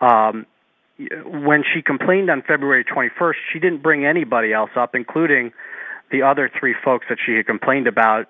when she complained on february twenty first she didn't bring anybody else up including the other three folks that she complained about